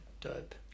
dope